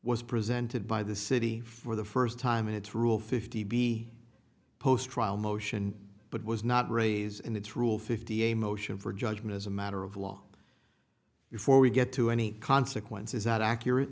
was presented by the city for the first time in its rule fifty b post trial motion but was not raise in its rule fifty a motion for judgment as a matter of law before we get to any consequence is that accurate